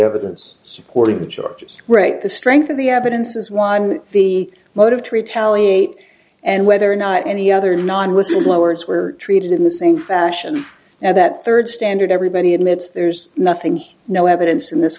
evidence supporting charges right the strength of the evidence is one the motive to retaliate and whether or not any other non whistleblowers were treated in the same fashion now that third standard everybody admits there's nothing here no evidence in this